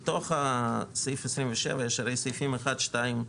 בתוך סעיף 27 יש הרי סעיפים (1), (2),